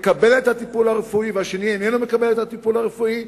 מקבל את הטיפול הרפואי והשני איננו מקבל את הטיפול הרפואי,